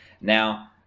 Now